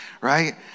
right